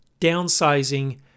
downsizing